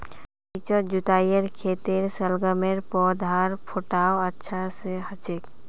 निचोत जुताईर खेतत शलगमेर पौधार फुटाव अच्छा स हछेक